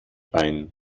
ein